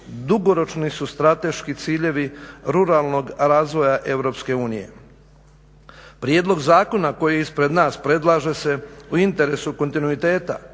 dugoročni su strateški ciljevi ruralnog razvoja EU. Prijedlog zakona koji je ispred nas predlaže se u interesu kontinuiteta